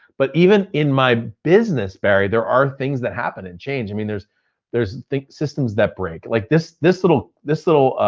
but even in my business barry, there are things that happen and change mean, there's there's systems that break. like this this little, this little,